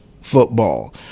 football